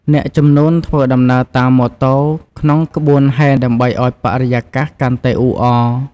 អ្នកជំនូនធ្វើដំណើរតាមម៉ូតូក្នុងក្បួនហែរដើម្បីឲ្យបរិយាកាសកាន់តែអ៊ូអរ។